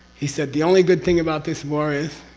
he said the only good thing about this war is